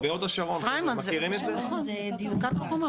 דיור מוגן.